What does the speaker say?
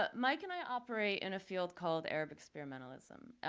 but mike and i operate in a field called arab experimentalism.